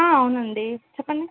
అవునండి చెప్పండి